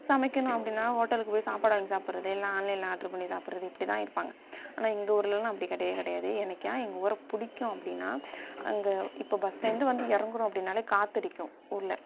சமைக்கணும் அப்படின்னா ஹோட்டலுக்கு போய் சாப்பாடு வாங்கி சாப்பிட்றது இல்லைனா ஆன்லைனில் ஆர்டரு பண்ணி சாப்பிட்றது இப்படிதான் இருப்பாங்க ஆனால் இந்த ஊர்ல எல்லாம் அப்படி கிடையவே கிடையாது எனக்கு ஏன் எங்கள் ஊரை பிடிக்கும் அப்படின்னா அங்கே இப்போ பஸ்லந்து வந்து இறங்குறோம் அப்படின்னாலே காற்றடிக்கும் ஊரில்